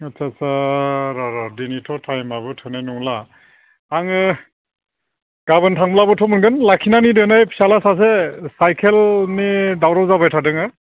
आत्सा आत्सा र' र' दिनैथ' टाइमाबो थोनाय नंला आङो गाबोन थांब्लाबोथ' मोनगोन लाखिनानै दिनै फिसाला सासे सायखेल दावराव जाबाय थादोङो